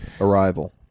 Arrival